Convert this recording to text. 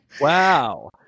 Wow